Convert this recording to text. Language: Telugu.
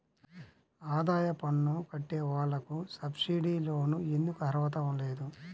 ఆదాయ పన్ను కట్టే వాళ్లకు సబ్సిడీ లోన్ ఎందుకు అర్హత లేదు?